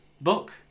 book